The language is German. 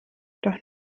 doch